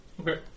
Okay